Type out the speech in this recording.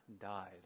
died